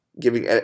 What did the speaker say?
giving